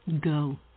Go